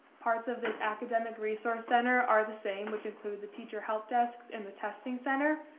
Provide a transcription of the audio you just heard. parts of this academic resource center are the same, which include the teacher help desks and the testing center,